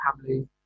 family